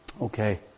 Okay